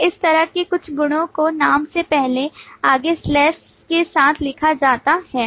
फिर इस तरह के कुछ गुणों को नाम से पहले आगे स्लैश के साथ लिखा जाता है